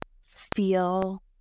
feel